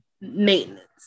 maintenance